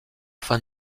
fin